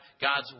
God's